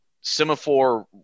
semaphore